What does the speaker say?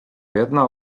jedna